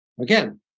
Again